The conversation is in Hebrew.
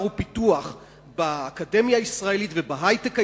ופיתוח באקדמיה הישראלית ובהיי-טק הישראלי,